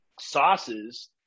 sauces